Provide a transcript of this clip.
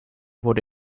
wurde